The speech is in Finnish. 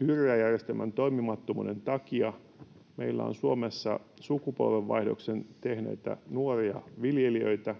Hyrrä-järjestelmän toimimattomuuden takia meillä on Suomessa sukupolvenvaihdoksen tehneitä nuoria viljelijöitä,